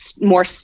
more